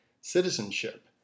citizenship